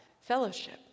fellowship